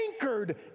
anchored